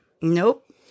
Nope